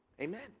Amen